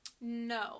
No